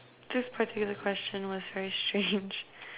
this particular question was very strange